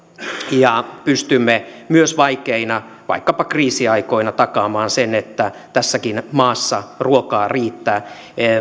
ja pystymme myös vaikeina vaikkapa kriisiaikoina takaamaan sen että tässäkin maassa ruokaa riittää